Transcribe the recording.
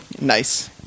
Nice